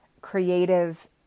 creative